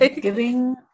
Giving